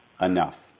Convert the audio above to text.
enough